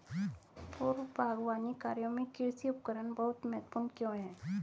पूर्व बागवानी कार्यों में कृषि उपकरण बहुत महत्वपूर्ण क्यों है?